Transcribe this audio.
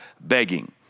begging